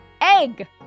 egg